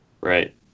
Right